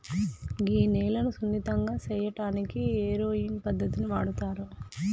గీ నేలను సున్నితంగా సేయటానికి ఏరోయింగ్ పద్దతిని వాడుతారు